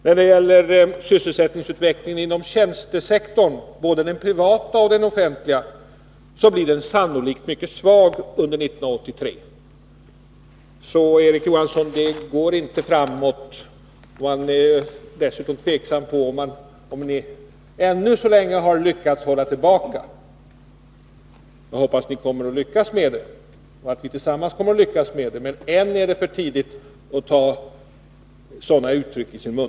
Vad beträffar sysselsättningsutvecklingen inom tjänstesektorn — både den privata och den offentliga — blir den sannolikt mycket svag under 1983, framhålls det också. Det går alltså inte framåt, Erik Johansson. Man är också tveksam om huruvida ni ännu lyckats hålla tillbaka. Jag hoppas att ni — och vi tillsammans —- kommer att lyckas med det, men än är det för tidigt att ta sådana uttryck i sin mun.